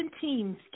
teams